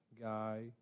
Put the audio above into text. guy